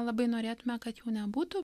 labai norėtume kad jų nebūtų